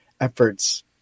efforts